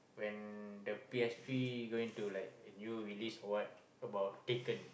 when the P_S-three going to like new release or what about eight turn